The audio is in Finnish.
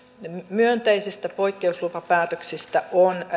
myönteisistä poikkeuslupapäätöksistä on